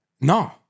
No